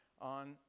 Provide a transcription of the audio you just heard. on